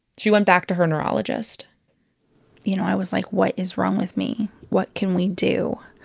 she went back to her neurologist you know, i was like, what is wrong with me? what can we do?